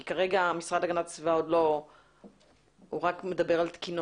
כי כרגע המשרד להגנת הסביבה מדבר רק על תקינות.